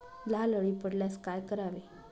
लाल अळी पडल्यास काय करावे?